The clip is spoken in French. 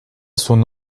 son